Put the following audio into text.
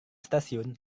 stasiun